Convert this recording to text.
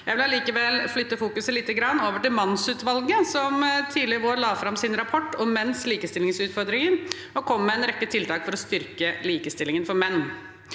Jeg vil allikevel flytte fokuset lite grann, over til mannsutvalget, som tidligere i vår la fram sin rapport om menns likestillingsutfordringer og kom med en rekke tiltak for å styrke likestillingen for menn.